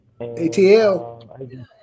ATL